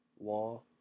law